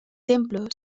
templo